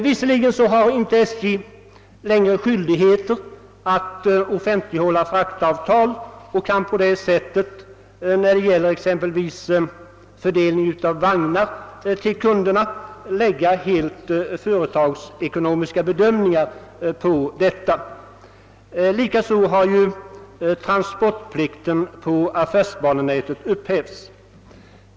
Visserligen har statens järnvägar inte längre skyldighet att ge offentlighet åt fraktavtal och kan på det sättet när det gäller exempelvis fördelningen av vagnar till kunderna göra helt företagsekonomiska bedömningar. Likaså har transportplikten på affärsbanenätet upphävts.